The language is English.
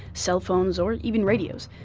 cell phones, or even radios.